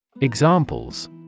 Examples